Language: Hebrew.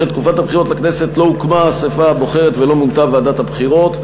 בשל תקופת הבחירות לכנסת לא הוקמה האספה הבוחרת ולא מונתה ועדת הבחירות.